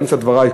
באמצע דברי,